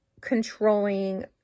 controlling